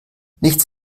nichts